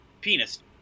Penis